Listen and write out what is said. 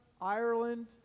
Ireland